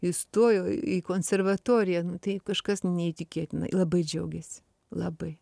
įstojo į konservatoriją tai kažkas neįtikėtina labai džiaugėsi labai